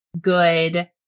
good